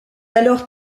alors